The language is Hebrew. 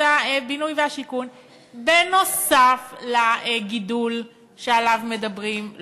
הבינוי והשיכון נוסף על הגידול שעליו מדברים?